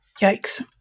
Yikes